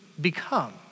become